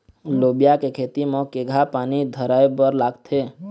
लोबिया के खेती म केघा पानी धराएबर लागथे?